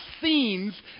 scenes